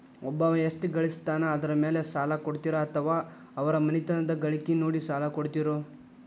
ಒಬ್ಬವ ಎಷ್ಟ ಗಳಿಸ್ತಾನ ಅದರ ಮೇಲೆ ಸಾಲ ಕೊಡ್ತೇರಿ ಅಥವಾ ಅವರ ಮನಿತನದ ಗಳಿಕಿ ನೋಡಿ ಸಾಲ ಕೊಡ್ತಿರೋ?